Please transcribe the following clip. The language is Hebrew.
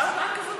הייתה הודעה כזו?